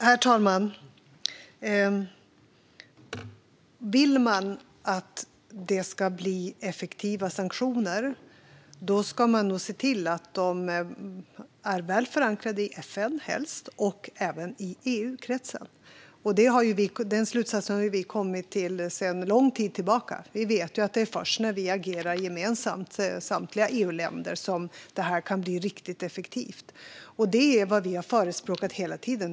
Herr talman! Vill man att det ska bli effektiva sanktioner ska man nog se till att de är väl förankrade i FN, helst, och även i EU-kretsen. Den slutsatsen har vi kommit till sedan lång tid tillbaka. Vi vet att det är först när samtliga EU-länder agerar gemensamt som det kan bli riktigt effektivt. Det är vad vi har förespråkat hela tiden.